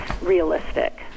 realistic